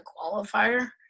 qualifier